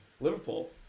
Liverpool